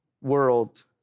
world